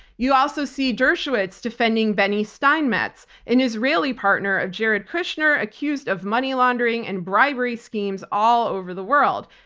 you also see dershowitz defending beny steinmetz, an israeli partner of jared kushner accused of money laundering and bribery schemes all over the world.